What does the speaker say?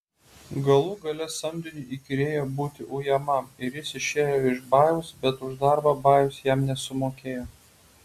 galų gale samdiniui įkyrėjo būti ujamam ir jis išėjo iš bajaus bet už darbą bajus jam nesumokėjo